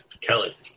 Kelly